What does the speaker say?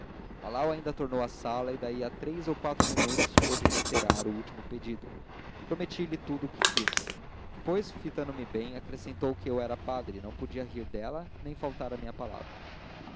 tornou à sala daí a três ou quatro minutos para reiterar o último pedido prometi lhe tudo o que quis depois fitando me bem acrescentou que eu era padre e não podia rir dela nem faltar à minha palavra